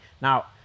Now